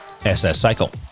SSCycle